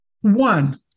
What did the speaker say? One